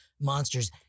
monsters